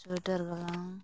ᱥᱚᱭᱮᱴᱟᱨ ᱜᱟᱞᱟᱝ